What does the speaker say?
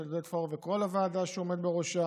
של עודד פורר וכל הוועדה שהוא עומד בראשה,